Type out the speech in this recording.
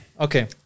Okay